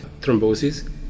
thrombosis